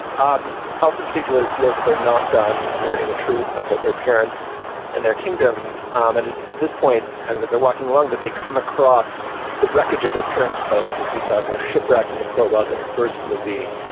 um elsom particular feels that they're not done learning the truth about both their parents and their kingdom. um and at this point, kind of as they're walking along that they come across the wreckage of their parents boat, which we saw kind of shipwrecked in the prologue of the first movie.